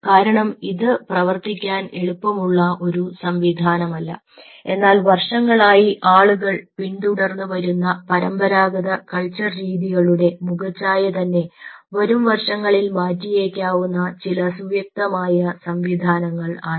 കാരണം ഇത് പ്രവർത്തിക്കാൻ എളുപ്പമുള്ള ഒരു സംവിധാനമല്ല എന്നാൽ വർഷങ്ങളായി ആളുകൾ പിന്തുടർന്നു വന്ന പരമ്പരാഗത കൾച്ചർ രീതികളുടെ മുഖച്ഛായ തന്നെ വരും വർഷങ്ങളിൽ മാറ്റിയേക്കാവുന്ന ചില സുവ്യക്തമായ സംവിധാനങ്ങൾ ആണിവ